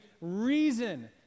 reason